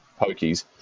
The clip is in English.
pokies